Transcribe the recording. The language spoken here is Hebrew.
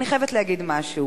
אני יכולה להגיד לך משהו